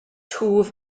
twf